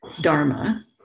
Dharma